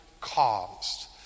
caused